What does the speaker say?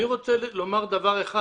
אני רוצה לומר דבר אחד.